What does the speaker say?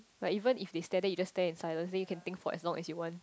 like even if they stay there then you stare in silence then you can think for as long as you want